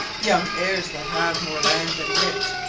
young heires that have more land then wit,